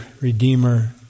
Redeemer